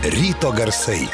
ryto garsai